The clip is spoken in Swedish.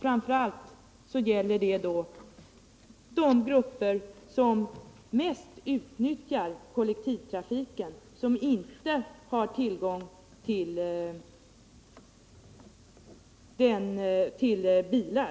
Framför allt gäller det de grupper som mest utnyttjar kollektivtrafiken, som inte har tillgång till bilar.